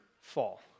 fall